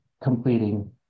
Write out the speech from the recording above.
completing